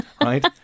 right